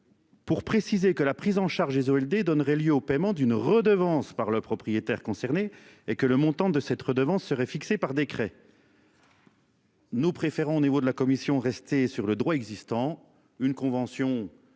Pour préciser que la prise en charge et Zolder donnerait lieu au paiement d'une redevance par leurs propriétaires concernés et que le montant de cette redevance serait fixé par décret. Nous préférons au niveau de la Commission rester sur le droit existant, une convention